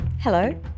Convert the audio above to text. Hello